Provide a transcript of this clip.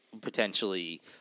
potentially